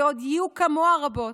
ועוד יהיו כמוה רבות,